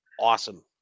awesome